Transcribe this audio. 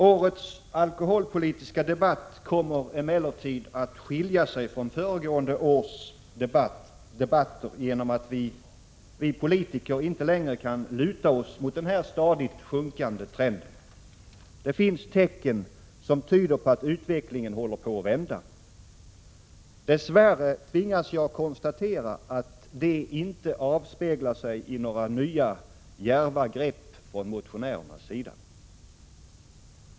Årets alkoholpolitiska debatt kommer emellertid att skilja sig från föregående års debatter, eftersom vi politiker inte längre kan luta oss mot denna stadigt sjunkande trend. Det finns tecken som tyder på att utvecklingen håller på att vända. Dess värre tvingas jag konstatera att detta inte avspeglar sig i några nya, djärva grepp från motionärernas sida.